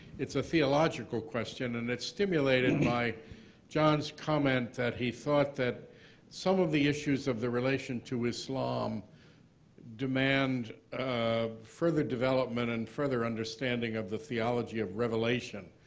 it's a theological question, and it's stimulated by john's comment that he thought that some of the issues of the relation to islam demand further development and further understanding of the theology of revelation,